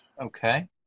Okay